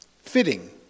Fitting